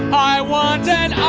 i want